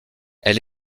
elle